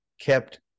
kept